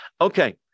okay